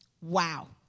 Wow